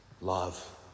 Love